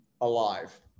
alive